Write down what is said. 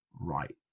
right